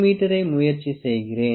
me றை முயற்சி செய்கிறேன்